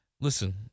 listen